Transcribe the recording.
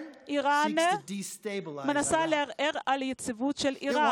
איראן מנסה לערער את היציבות של עיראק,